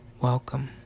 Welcome